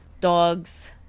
dogs